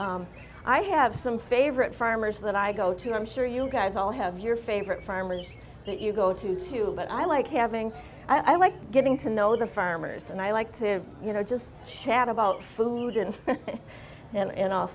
things i have some favorite farmers that i go to i'm sure you guys all have your favorite farmers that you go to to but i like having i like getting to know the farmers and i like to you know just chat about food and and a